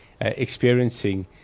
experiencing